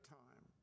time